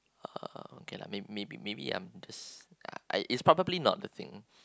um okay lah maybe maybe maybe I'm just it's probably not the thing